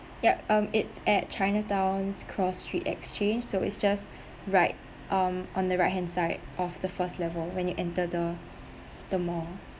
yup um it's at chinatown cross street exchange so is just right um on the right hand side of the first level when you enter the the mall